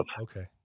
Okay